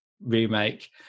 remake